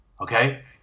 okay